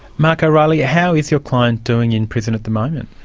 mark o'reilly, how is your client doing in prison at the moment?